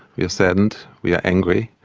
we are saddened, we are angry,